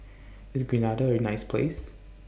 IS Grenada A nice Place